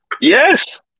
yes